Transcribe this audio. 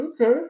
Okay